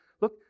look